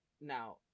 Now